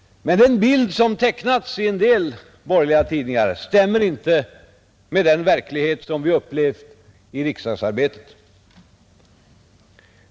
Men den bild som tecknats i en del borgerliga tidningar stämmer inte med den verklighet som vi upplevt i riksdagsarbetet.